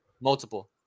multiple